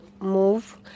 Move